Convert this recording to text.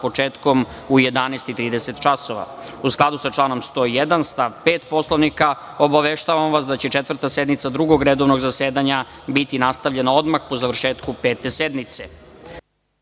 početkom u 11.30 časova.U skladu sa članom 101. stav 5. Poslovnika, obaveštavam vas da će Četvrta sednica Drugog redovnog zasedanja biti nastavljena odmah po završetku Pete sednice.